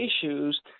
issues